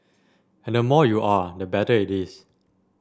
and the more you are the better it is